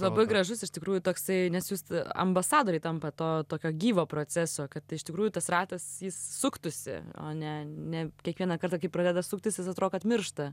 labai gražus iš tikrųjų toksai nes jūs ambasadoriai tampat to tokio gyvo proceso kad iš tikrųjų tas ratas suktųsi o ne ne kiekvieną kartą kai pradeda suktis jis atro kad miršta